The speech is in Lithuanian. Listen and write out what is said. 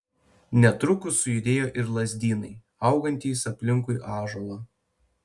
netrukus sujudėjo ir lazdynai augantys aplinkui ąžuolą